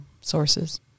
sources